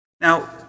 Now